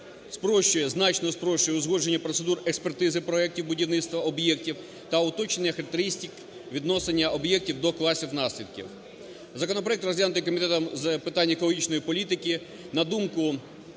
спрощує, значно спрощує узгодження процедур експертизи проектів будівництва об'єктів та уточнення характеристик віднесення об'єктів до класів наслідків. Законопроект розглянутий Комітетом з питань екологічної політики. На думку